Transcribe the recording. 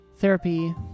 Therapy